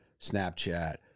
Snapchat